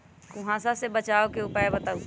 कुहासा से बचाव के उपाय बताऊ?